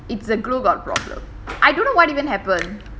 it's the glue got problem I don't know what even happened